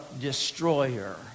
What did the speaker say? destroyer